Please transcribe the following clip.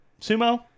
Sumo